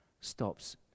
stops